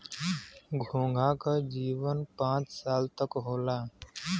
घोंघा क जीवन पांच साल तक क होला